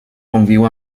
conviu